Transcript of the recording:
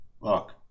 Look